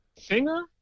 Singer